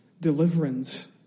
deliverance